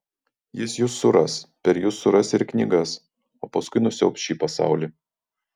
jis jus suras per jus suras ir knygas o paskui nusiaubs šį pasaulį